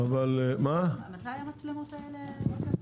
מתי המצלמות האלה ייכנסו?